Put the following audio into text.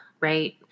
right